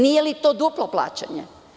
Nije li to duplo plaćanje?